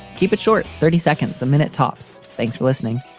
keep it short, thirty seconds a minute, tops. thanks for listening